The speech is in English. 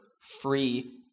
free